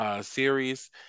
series